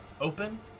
open